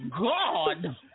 God